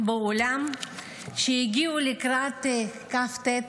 בעולם שהגיעו לקראת כ"ט בנובמבר.